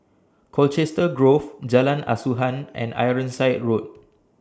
Colchester Grove Jalan Asuhan and Ironside Road